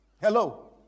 hello